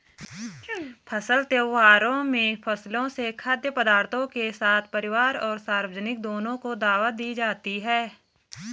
फसल त्योहारों में फसलों से खाद्य पदार्थों के साथ परिवार और सार्वजनिक दोनों को दावत दी जाती है